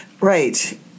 right